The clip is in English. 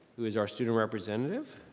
who is our student representative.